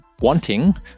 wanting